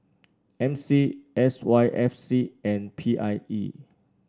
M C S Y F C and P I E